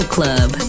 Club